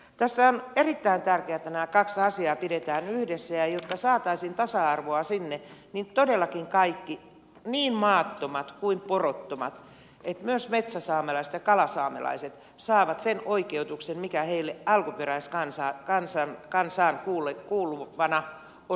tässä on erittäin tärkeää että nämä kaksi asiaa pidetään yhdessä ja jotta saataisiin tasa arvoa sinne niin todellakin kaikki niin maattomat kuin porottomat että myös metsäsaamelaiset ja kalasaamelaiset saavat sen oikeutuksen mikä heille alkuperäiskansaan kansan kansan huuli kuultavana on